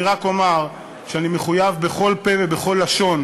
אני רק אומר שאני מחויב בכל פה ובכל לשון